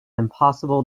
impossible